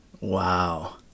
wow